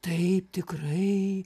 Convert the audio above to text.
taip tikrai